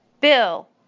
Bill